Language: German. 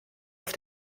auf